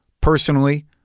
personally